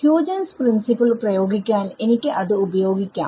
Huygens principle പ്രയോഗിക്കാൻ എനിക്ക് അത് ഉപയോഗിക്കാം